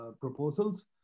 proposals